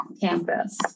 campus